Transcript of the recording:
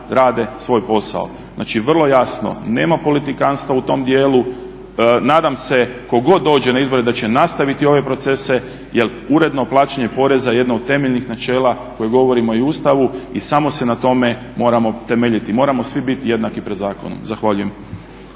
rade svoj posao. Znači vrlo jasno nema politikantstva u tom djelu. Nadam se ko god dođe na izbore da će nastaviti ove procese jer uredno plaćanje poreza jedno je od temeljnih načela koje govorimo i u Ustavu i samo se na tome moramo temeljiti, moramo svi biti jednaki pred zakonom. Zahvaljujem.